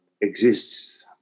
exists